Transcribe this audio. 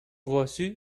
rousseau